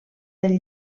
del